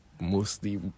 mostly